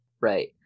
Right